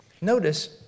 notice